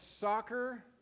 soccer